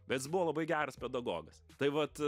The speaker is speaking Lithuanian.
bet jis buvo labai geras pedagogas tai vat